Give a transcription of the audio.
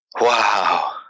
wow